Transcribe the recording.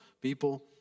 people